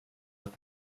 att